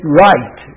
right